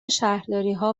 شهرداریها